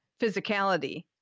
physicality